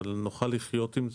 אבל נוכל לחיות עם זה,